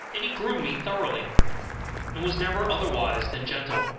and he groomed me thoroughly and was never otherwise than gentle.